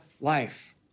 life